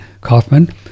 Kaufman